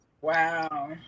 wow